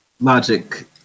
logic